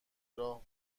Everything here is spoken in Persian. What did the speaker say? راه